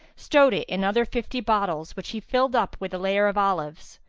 stowed it in other fifty bottles which he filled up with a layer of olives.